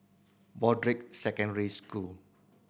Broadrick Secondary School